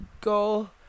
go